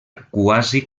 quasi